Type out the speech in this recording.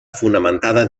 fonamentada